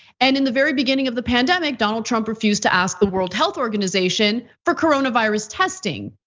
and in the very beginning of the pandemic, donald trump refused to ask the world health organization for coronavirus testing,